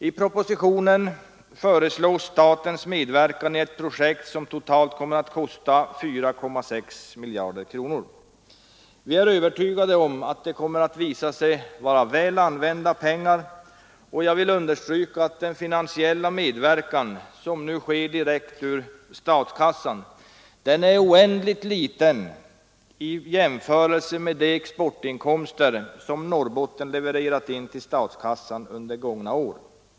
I propositionen föreslås statens medverkan i ett projekt som totalt kommer att kosta 4,6 miljarder kronor. Vi är övertygade om att detta kommer att visa sig vara väl använda pengar, och jag vill understryka att den finansiella medverkan som nu sker direkt ur statskassan är oändligt liten i jämförelse med de exportinkomster som Norrbotten levererat in till statskassan under gångna år.